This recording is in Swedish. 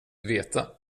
veta